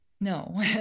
no